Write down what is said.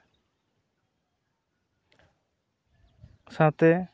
ᱥᱟᱶᱛᱮ